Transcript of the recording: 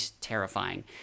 terrifying